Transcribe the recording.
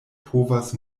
povas